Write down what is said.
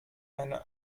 eine